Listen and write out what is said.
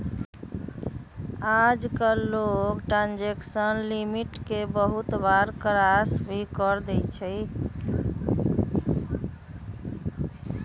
आजकल लोग transaction limit के बहुत बार क्रास भी कर देते हई